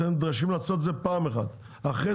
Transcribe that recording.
אתם נדרשים לעשות את זה פעם אחת ואחרי